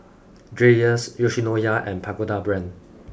Dreyers Yoshinoya and Pagoda Brand